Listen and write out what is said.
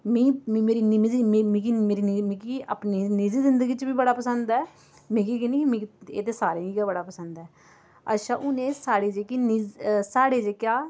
मी मिगी अपनी निजी जिंदगी च बी बड़ा पसन्द ऐ मिगी गै नेईं एह् ते सारें गै बड़ा पसन्द ऐ अच्छा हून एह् साढ़े जेह्के निज साढ़े जेह्का